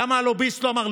למה הלוביסט לא אמר?